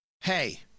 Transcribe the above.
hey